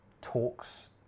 talks